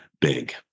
big